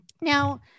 Now